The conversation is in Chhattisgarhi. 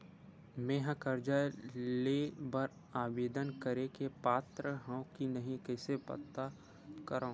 मेंहा कर्जा ले बर आवेदन करे के पात्र हव की नहीं कइसे पता करव?